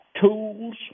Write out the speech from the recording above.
tools